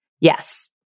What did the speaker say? Yes